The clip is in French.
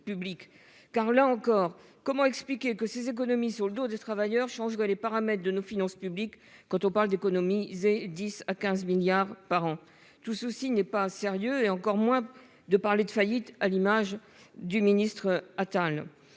car là encore, comment expliquer que ces économies sur le dos des travailleurs changent les paramètres de nos finances publiques. Quand on parle d'économiser 10 à 15 milliards par an. Tout ceci n'est pas sérieux et encore moins de parler de faillite à l'image du ministre Atal.